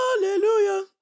Hallelujah